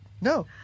No